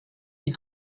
die